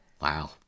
Wow